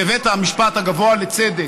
בבית המשפט הגבוה לצדק?